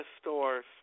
stores